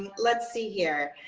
let's see here.